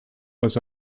was